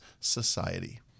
Society